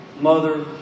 mother